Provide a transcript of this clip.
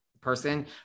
person